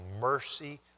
mercy